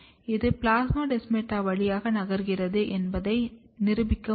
இது பிளாஸ்மோடெஸ்மாடா வழியாக நகர்கிறது என்பதை நிரூபிக்க முடியும்